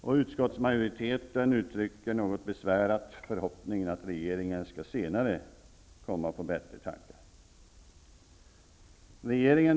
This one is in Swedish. Och utskottsmajoriteten uttrycker något besvärat förhoppningen att regeringen senare skall komma på bättre tankar.